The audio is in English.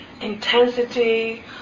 intensity